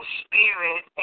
spirit